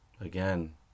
again